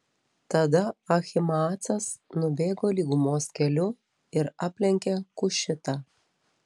tada ahimaacas nubėgo lygumos keliu ir aplenkė kušitą